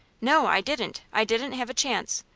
no, i didn't. i didn't have a chance.